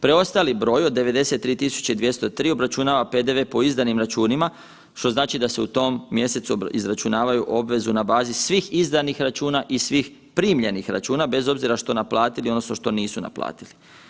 Preostali broj od 93.203 obračunava PDV po izdanim računima, što znači da se u tom mjesecu izračunavaju obvezu na bazi svih izdanih računa i svih primljenih računa, bez obzira što naplatili odnosno što nisu naplatili.